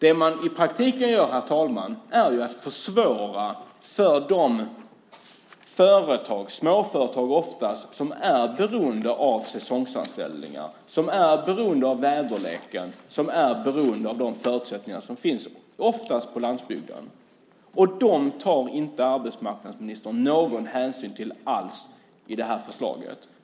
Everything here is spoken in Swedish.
Det man i praktiken gör, herr talman, är att försvåra för de företag - oftast småföretag - som är beroende av säsongsanställningar, som är beroende av väderleken och av de förutsättningar som finns. De företagen finns oftast på landsbygden. Arbetsmarknadsministern tar inte någon hänsyn till dem alls i det här förslaget.